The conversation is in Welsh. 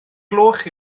gloch